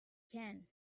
can